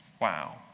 Wow